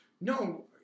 no –